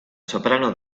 soprano